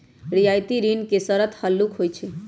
रियायती ऋण के शरत हल्लुक होइ छइ